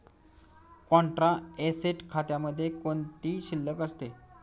Contra asset खात्यामध्ये कोणती शिल्लक असते?